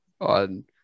on